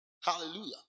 Hallelujah